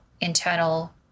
internal